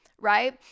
right